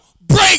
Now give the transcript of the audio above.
break